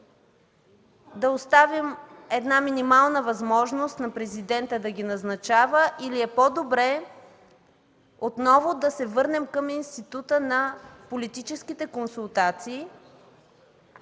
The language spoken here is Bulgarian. да оставим една минимална възможност на Президента да ги назначава или е по-добре отново да се върнем към института на политическите консултации